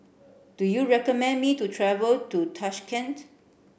do you recommend me to travel to Tashkent